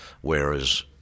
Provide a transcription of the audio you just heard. whereas